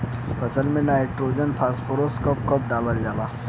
फसल में nitrogen phosphorus कब कब डालल जाला?